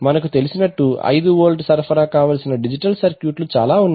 మనకు తెలిసినట్లు 5 వోల్ట్ సరఫరా కావలసిన డిజిటల్ సర్క్యూట్ లు చాలా ఉన్నాయి